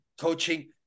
coaching